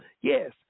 Yes